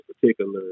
particular